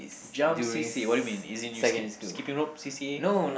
jump c_c_a what do you mean is in you skip skipping rope c_c_a or